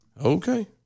Okay